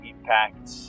impact